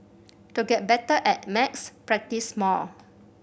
to get better at maths practise more